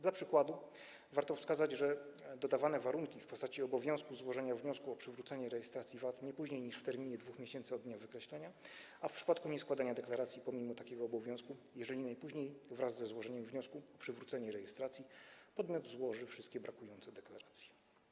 Dla przykładu warto wskazać, że dodawane są warunki w postaci obowiązku złożenia wniosku o przywrócenie rejestracji VAT nie później niż w terminie 2 miesięcy od dnia wykreślenia, a w przypadku nieskładania deklaracji pomimo takiego obowiązku, jeżeli najpóźniej wraz ze złożeniem wniosku o przywrócenie rejestracji podmiot złoży wszystkie brakujące deklaracje.